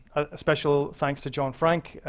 a special thanks to john frank,